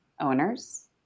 owners